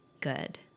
good